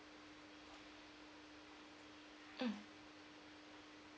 mm